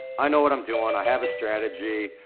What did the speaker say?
i know what i'm doing, i have a strategy,